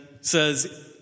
says